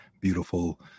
beautiful